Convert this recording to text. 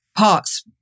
parts